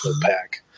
pack